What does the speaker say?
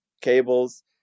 cables